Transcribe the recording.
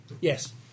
Yes